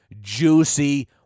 juicy